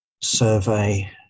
survey